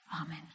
Amen